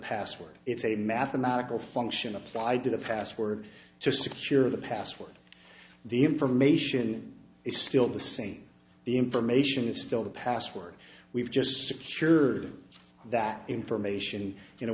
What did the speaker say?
password it's a mathematical function applied to the password to secure the password the information is still the same the information is still the password we've just secured that information in a